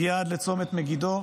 הגיע עד לצומת מגידו,